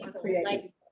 create